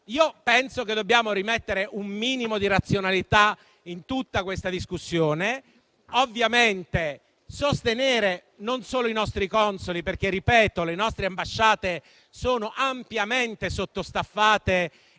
Penso che dobbiamo rimettere un minimo di razionalità in tutta questa discussione, ma ovviamente non sostenendo solo i nostri consoli, perché le nostre ambasciate sono ampiamente sottostaffate